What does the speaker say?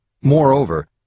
Moreover